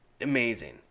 amazing